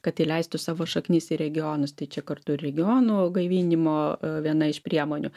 kad įleistų savo šaknis į regionus tai čia kartu ir regionų gaivinimo viena iš priemonių